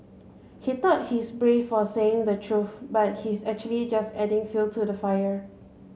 he thought he's brave for saying the truth but he's actually just adding fuel to the fire